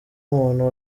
umuntu